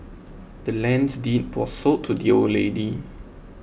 the land's deed was sold to the old lady